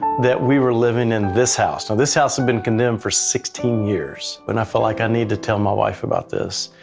that we were living in this house. and this house had been condemned for sixteen years. and i felt like i needed to tell my wife about this.